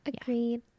Agreed